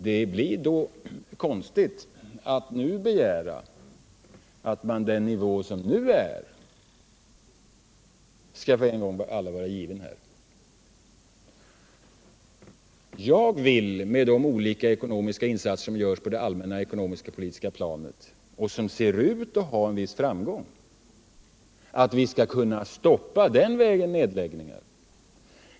Det blir då konstigt att nu begära att den nuvarande nivån skall en gång för alla vara given. Jag vill hävda att vi genom de olika ekonomiska insatser som görs på det allmänna ekonomiska planet — och som ser ut att ha en viss framgång — skall kunna stoppa nedläggningar.